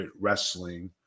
wrestling